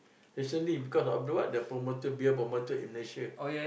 recently because of what the promoter beer promoter in Malaysia